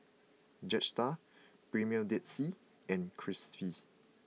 Jetstar Premier Dead Sea and Friskies